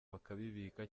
bakabibika